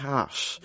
Cash